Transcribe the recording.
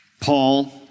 Paul